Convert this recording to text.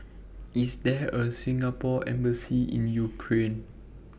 IS There A Singapore Embassy in Ukraine